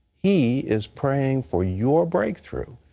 he is praying for your breakthrough.